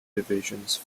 divisions